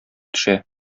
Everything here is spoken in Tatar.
төшә